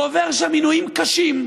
הוא עובר שם עינויים קשים,